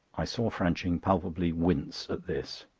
i saw franching palpably wince at this.